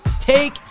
take